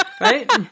right